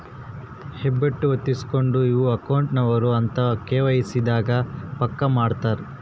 ಹೆಬ್ಬೆಟ್ಟು ಹೊತ್ತಿಸ್ಕೆಂಡು ಇವ್ರೆ ಅಕೌಂಟ್ ನವರು ಅಂತ ಕೆ.ವೈ.ಸಿ ದಾಗ ಪಕ್ಕ ಮಾಡ್ಕೊತರ